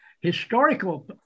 historical